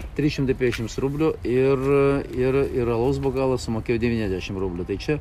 trys šimtai penkiasdešimts rublių ir ir ir alaus bokalas sumokėjau devyniasdešimt rublių tai čia